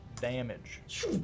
damage